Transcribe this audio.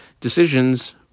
decisions